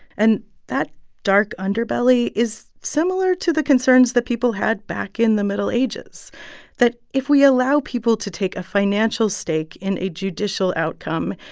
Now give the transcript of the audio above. and that dark underbelly is similar to the concerns that people had back in the middle ages that if we allow people to take a financial stake in a judicial outcome,